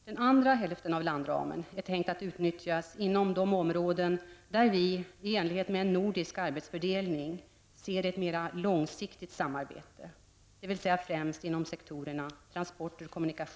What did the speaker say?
Den andra hälften av landramen är tänkt att utnyttjas inom de områden där vi, i enlighet med en nordisk arbetsfördelning, ser ett mer långsiktigt samarbete, dvs. främst inom sektorerna transport